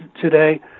today